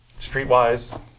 Streetwise